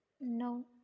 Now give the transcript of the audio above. No